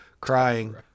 crying